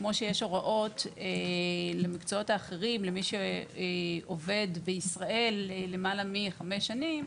כמו שיש הוראות במקצועות האחרים למי שעובד בישראל למעלה מחמש שנים,